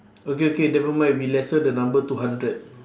okay okay never mind we lessen the number two hundred